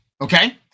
Okay